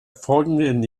folgenden